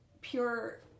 pure